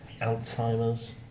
Alzheimer's